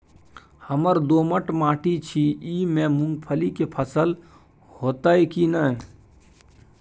हमर दोमट माटी छी ई में मूंगफली के फसल होतय की नय?